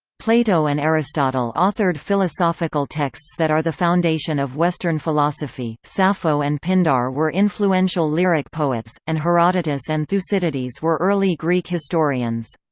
plato and aristotle authored philosophical texts that are the foundation of western philosophy, sappho and pindar were influential lyric poets, and herodotus and thucydides were early greek historians.